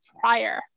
prior